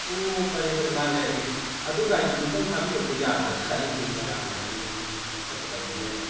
ꯑꯣ ꯐꯔꯦ ꯐꯔꯦ ꯃꯥ ꯂꯩꯔꯒꯗꯤ ꯑꯗꯨ ꯒꯥꯔꯤꯗꯨꯝꯇꯪ ꯊꯥꯕꯤꯔꯛꯄ ꯌꯥꯒꯗ꯭ꯔꯥ ꯑꯩꯁꯦ ꯃꯣꯏꯔꯥꯡꯗ ꯍꯟꯗꯛꯁꯨ ꯑꯃꯨꯛ ꯆꯠꯀꯗꯕ ꯑꯃ ꯂꯩꯕ